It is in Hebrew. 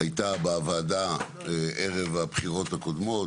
הייתה בוועדה ערב הבחירות הקודמות,